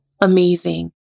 amazing